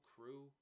Crew